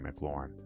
McLaurin